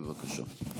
בבקשה.